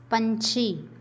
ਪੰਛੀ